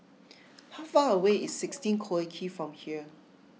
how far away is Sixteen Collyer Quay from here